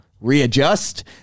readjust